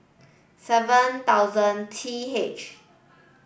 seven thousand T H